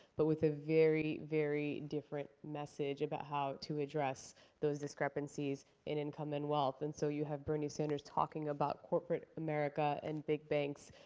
but with a very, very different message about how to address those discrepancies in income and wealth. and so you have bernie sanders talking about corporate america and big banks.